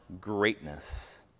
greatness